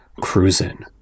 cruising